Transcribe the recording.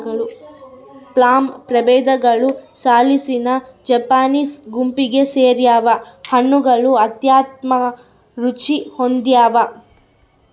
plum ಪ್ರಭೇದಗಳು salicina Japanese ಗುಂಪಿಗೆ ಸೇರ್ಯಾವ ಹಣ್ಣುಗಳು ಅತ್ಯುತ್ತಮ ರುಚಿ ಹೊಂದ್ಯಾವ